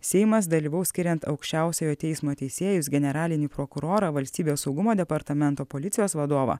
seimas dalyvaus skiriant aukščiausiojo teismo teisėjus generalinį prokurorą valstybės saugumo departamento policijos vadovą